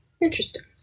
Interesting